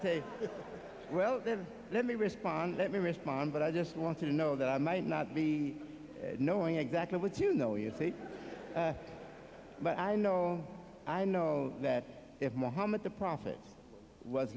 know well let me respond let me respond but i just want to know that i might not be knowing exactly what you know you think but i know i know that if muhammad the prophet was